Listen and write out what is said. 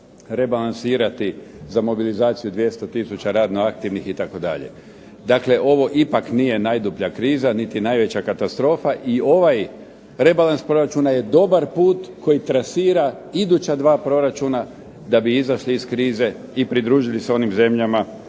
rebalansirati za mobilizaciju 200 tisuća radno aktivnih itd. Dakle, ovo ipak nije najdublja kriza niti najveća katastrofa i ovaj rebalans proračuna je dobar put koji trasira iduća dva proračuna da bi izašli iz krize i pridružili se onim zemljama